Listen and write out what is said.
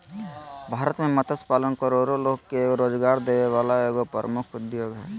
भारत में मत्स्य पालन करोड़ो लोग के रोजगार देबे वला एगो प्रमुख उद्योग हइ